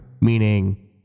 meaning